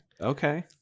Okay